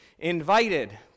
invited